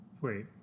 wait